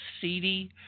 seedy